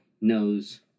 knows